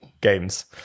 games